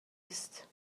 است